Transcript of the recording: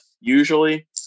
usually